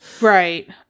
Right